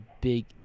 big